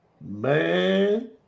man